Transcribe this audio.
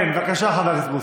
כן, בבקשה, חבר הכנסת בוסו.